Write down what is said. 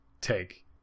take